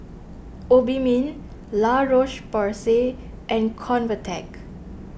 Obimin La Roche Porsay and Convatec